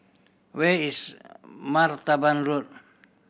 where is Martaban Road